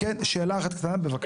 כן, שאלה אחת קטנה בבקשה.